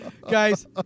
Guys